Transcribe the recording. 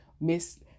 miss